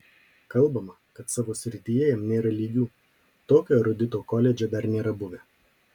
kalbama kad savo srityje jam nėra lygių tokio erudito koledže dar nėra buvę